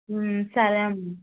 సరేనమ్మా